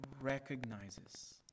recognizes